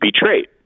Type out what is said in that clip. betrayed